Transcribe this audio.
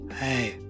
Hey